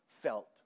felt